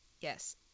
Yes